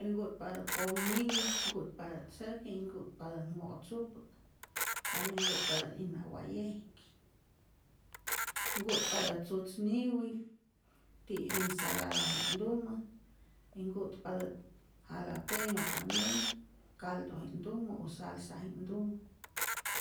Nku'tpatät pomniwi, nku'tpatät säkjinh, nku'tpatä't mo'tzupä, tambien nku'tpatät'ijna waye'ji'k, nku'tpatät tzutz niwi, ti ensalada'ji'knhtumä, y nku'tpatät jalapeño tambien caldoji'knhtumä u salsaji'knhtumä.